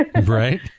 Right